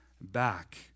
back